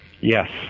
Yes